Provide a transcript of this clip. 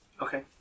Okay